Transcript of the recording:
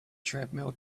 treadmill